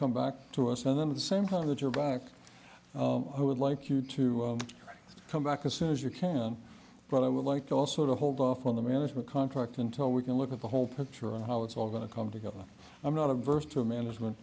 come back to us and then the same time that you're back i would like you to come back as soon as you can but i would like also to hold off on the management contract until we can look at the whole picture and how it's all going to come together i'm not averse to a management